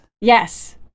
yes